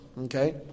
okay